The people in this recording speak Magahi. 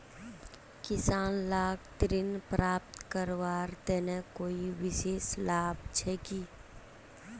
किसान लाक ऋण प्राप्त करवार तने कोई विशेष लाभ छे कि?